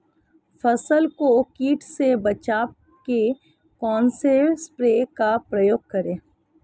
फसल को कीट से बचाव के कौनसे स्प्रे का प्रयोग करें?